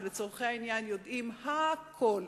שלצורכי העניין יודעים הכול,